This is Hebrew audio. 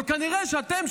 אבל כנראה שאתם,